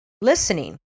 listening